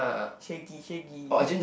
shaggy shaggy